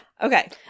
Okay